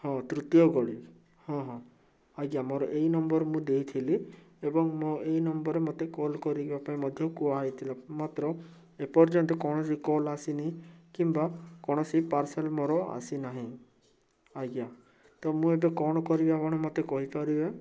ହଁ ତୃତୀୟ ଗଳି ହଁ ହଁ ଆଜ୍ଞା ମୋର ଏଇ ନମ୍ବର ମୁଁ ଦେଇଥିଲି ଏବଂ ମୋ ଏଇ ନମ୍ବର ମୋତେ କଲ୍ କରିବା ପାଇଁ ମଧ୍ୟ କୁହାହେଇଥିଲା ମାତ୍ର ଏପର୍ଯ୍ୟନ୍ତ କୌଣସି କଲ୍ ଆସିନି କିମ୍ବା କୌଣସି ପାର୍ସଲ୍ ମୋର ଆସିନାହିଁ ଆଜ୍ଞା ତ ମୁଁ ଏବେ କ'ଣ କରିବି ଆପଣ ମୋତେ କହିପାରିବେ